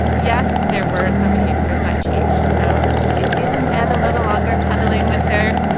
yes, there were some behaviors that changed. so they stayed in bed a little longer cuddling with their.